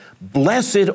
blessed